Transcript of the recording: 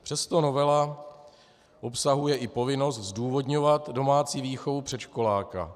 Přesto novela obsahuje i povinnost zdůvodňovat domácí výchovu předškoláka.